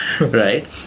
right